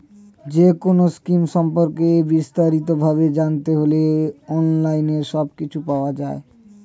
যেকোনো স্কিম সম্পর্কে বিস্তারিত ভাবে জানতে হলে অনলাইনে সবকিছু পাওয়া যায়